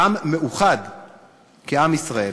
כעם ישראל.